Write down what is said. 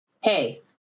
hey